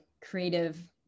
creative